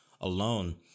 alone